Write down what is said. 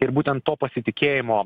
ir būtent to pasitikėjimo